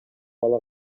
ала